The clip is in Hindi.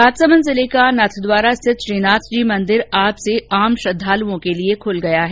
राजसमंद जिले का नाथद्वारा स्थित श्रीनाथ जी मंदिर आज से आम श्रद्वालुओं के लिए खूल गया है